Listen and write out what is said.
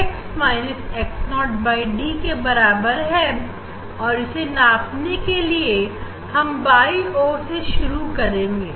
theta D है और इसे नापने के लिए हम बाय और से शुरू करेंगे